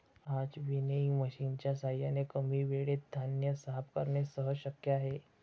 आज विनोइंग मशिनच्या साहाय्याने कमी वेळेत धान्य साफ करणे सहज शक्य आहे